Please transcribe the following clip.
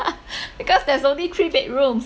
because there's only three bedrooms